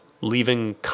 leaving